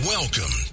Welcome